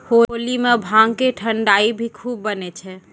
होली मॅ भांग के ठंडई भी खूब बनै छै